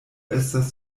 estas